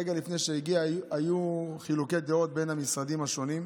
רגע לפני היו חילוקי דעות בין המשרדים השונים,